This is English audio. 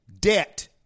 debt